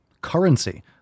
currency